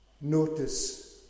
notice